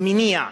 במניע.